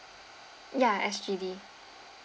ya S_G_D